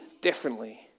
differently